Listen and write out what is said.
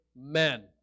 amen